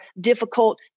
difficult